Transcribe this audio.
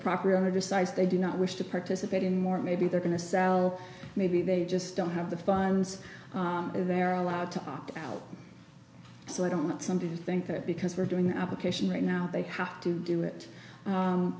property owner decides they do not wish to participate in more maybe they're going to sell maybe they just don't have the funds they are allowed to opt out so they don't want something to think that because we're doing the application right now they have to do it